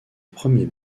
premier